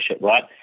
right